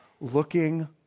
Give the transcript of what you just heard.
looking